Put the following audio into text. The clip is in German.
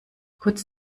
kurz